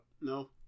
No